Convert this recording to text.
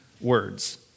words